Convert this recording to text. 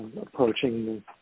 approaching